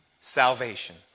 salvation